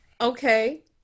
Okay